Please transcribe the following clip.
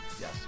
Yes